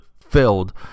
filled